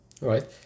Right